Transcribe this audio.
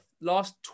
last